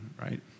right